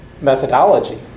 methodology